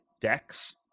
decks